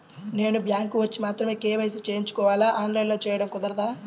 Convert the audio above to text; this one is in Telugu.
నేను బ్యాంక్ వచ్చి మాత్రమే కే.వై.సి చేయించుకోవాలా? ఆన్లైన్లో చేయటం కుదరదా?